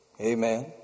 Amen